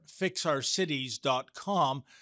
fixourcities.com